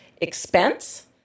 expense